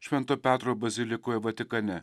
švento petro bazilikoje vatikane